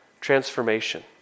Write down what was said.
transformation